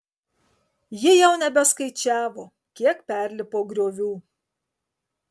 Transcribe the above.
ji jau nebeskaičiavo kiek perlipo griovų